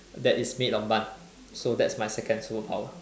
that it's made of buns so that's my second superpower